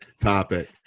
topic